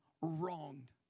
wronged